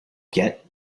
get